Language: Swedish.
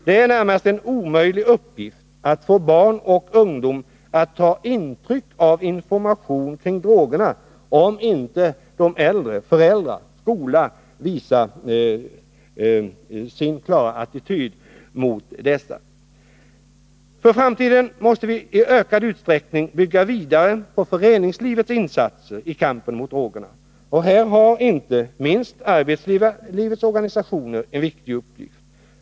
Det är en närmast omöjlig uppgift att få barn och ungdomar att ta intryck av informationen kring drogerna om inte de äldre, föräldrarna och skolan, visar sin klara attityd mot dessa. För framtiden måste vi i ökad utsträckning bygga vidare på föreningslivets insatser i kampen mot drogerna. Här har inte minst arbetslivets organisationer en viktig uppgift.